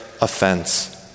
Offense